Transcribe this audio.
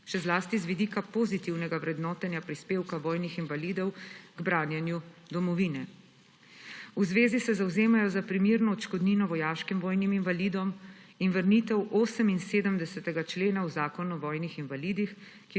še zlasti z vidika pozitivnega vrednotenja prispevka vojnih invalidov k branjenju domovine. V zvezi se zavzemajo za primerno odškodnino vojaškim vojnim invalidom in vrnitev 78. člena v Zakon o vojnih invalidih,